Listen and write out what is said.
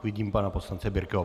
Vidím pana poslance Birkeho.